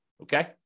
okay